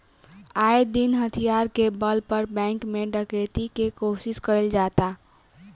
आये दिन हथियार के बल पर बैंक में डकैती के कोशिश कईल जाता